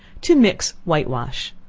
to mix white-wash.